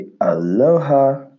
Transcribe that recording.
aloha